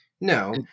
no